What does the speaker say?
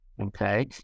Okay